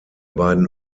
beiden